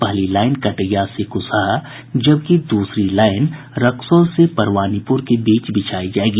पहली लाईन कटैया से कुसहा जबकि दूसरी लाईन रक्सौल से परवानीपूर के बीच बिछाई जायेगी